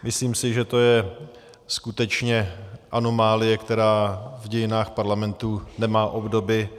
Myslím, že to je skutečně anomálie, která v dějinách parlamentu nemá obdoby.